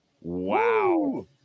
Wow